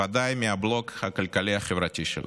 ודאי מהבלוק הכלכלי-החברתי שלה.